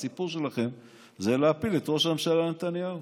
הסיפור שלכם זה להפיל את ראש הממשלה נתניהו.